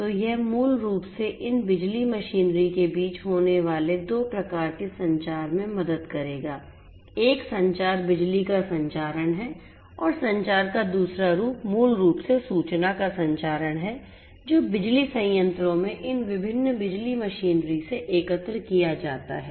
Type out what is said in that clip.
तो यह मूल रूप से इन बिजली मशीनरी के बीच होने वाले 2 प्रकार के संचार में मदद करेगा एक संचार बिजली का संचारण है और संचार का दूसरा रूप मूल रूप से सूचना का संचारण है जो बिजली संयंत्रों में इन विभिन्न बिजली मशीनरी से एकत्र किया जाता है